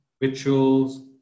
rituals